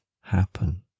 happen